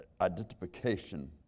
Identification